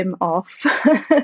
off